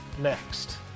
next